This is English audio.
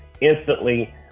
instantly